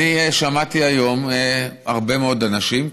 שמעתי היום הרבה מאוד אנשים,